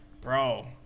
Bro